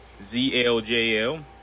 ZLJL